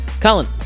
Colin